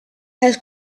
had